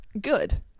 good